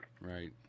Right